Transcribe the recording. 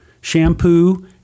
shampoo